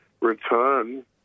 return